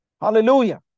Hallelujah